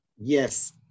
Yes